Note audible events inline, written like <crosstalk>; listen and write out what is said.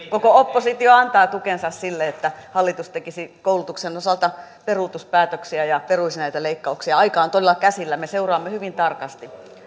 <unintelligible> koko oppositio antaa tukensa sille että hallitus tekisi koulutuksen osalta peruutuspäätöksiä ja peruisi näitä leikkauksia aika on todella käsillä ja me seuraamme hyvin tarkasti